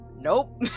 Nope